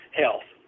health